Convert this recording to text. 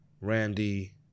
Randy